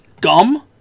Gum